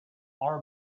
our